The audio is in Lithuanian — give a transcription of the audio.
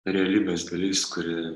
realybės dalis kuri